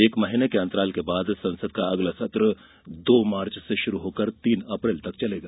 एक महीने के अंतराल के बाद संसद का अगला सत्र दो मार्च से शुरू होकर तीन अप्रैल तक चलेगा